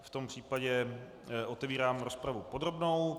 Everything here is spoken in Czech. V tom případě otevírám rozpravu podrobnou.